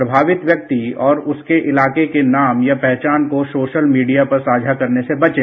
प्रभावित व्यक्ति और उसके इलाके के नाम या पहचान को सोशल मीडिया पर साझा करने से बचें